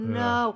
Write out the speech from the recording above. no